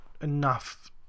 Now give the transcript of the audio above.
enough